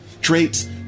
traits